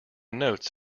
notes